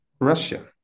Russia